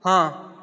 ਹਾਂ